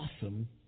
awesome